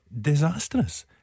disastrous